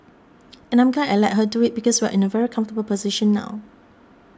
and I'm glad I let her do it because we're in a very comfortable position now